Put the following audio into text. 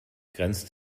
grenzt